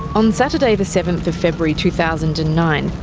on saturday the seventh of february two thousand and nine,